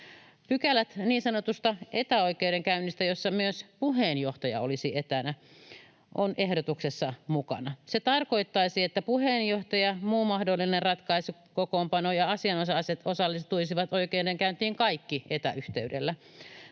Pykälät niin sanotusta etäoikeudenkäynnistä, jossa myös puheenjohtaja olisi etänä, ovat ehdotuksessa mukana. Se tarkoittaisi, että puheenjohtaja, muu mahdollinen ratkaisukokoonpano ja asianosaiset osallistuisivat oikeudenkäyntiin kaikki etäyhteydellä.